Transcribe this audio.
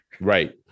Right